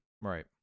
Right